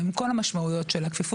עם כל המשמעויות של הכפיפות,